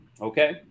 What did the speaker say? Okay